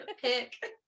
pick